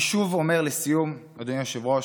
אני שוב אומר לסיום, אדוני היושב-ראש,